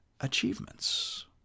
achievements